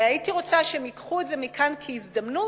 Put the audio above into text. הייתי רוצה שהם ייקחו את זה מכאן כהזדמנות